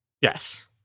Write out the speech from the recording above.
Yes